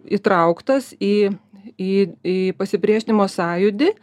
įtrauktas į į į pasipriešinimo sąjūdį